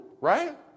right